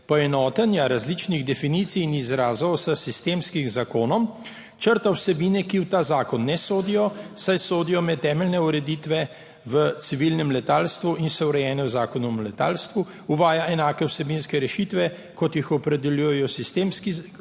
poenotenja različnih definicij in izrazov s sistemskim zakonom črta vsebine, ki v ta zakon ne sodijo, saj sodijo med temeljne ureditve v civilnem letalstvu in so urejene v Zakonu o letalstvu, uvaja enake vsebinske rešitve, kot jih opredeljuje sistemski zakon,